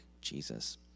Jesus